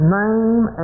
name